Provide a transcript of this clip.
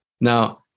Now